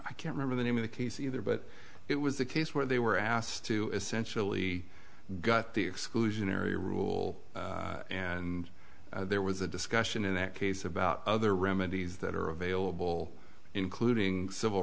i can't remember the name of the case either but it was a case where they were asked to essentially got the exclusionary rule and there was a discussion in that case about other remedies that are available including civil